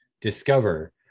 discover